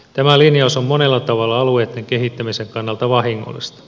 tämä linjaus on monella tavalla alueitten kehittämisen kannalta vahingollista